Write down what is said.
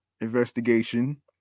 investigation